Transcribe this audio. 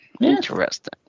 Interesting